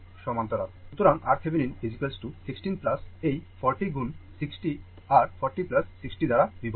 সুতরাং RThevenin 16 এই 40 গুণ 60 আর 40 60 দ্বারা বিভক্ত